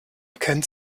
kennt